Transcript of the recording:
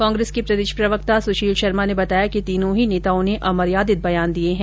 कांग्रेस के प्रदेश प्रवक्ता सुशील शर्मा ने बताया कि तीनों ही नेताओं ने अमर्यादित बयान दिए हैं